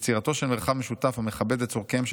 יצירתו של מרחב משותף המכבד את צורכיהם של